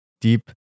deep